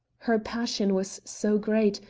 her passion was so great,